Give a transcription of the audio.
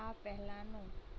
આ પહેલાંનું